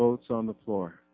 votes on the floor